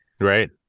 Right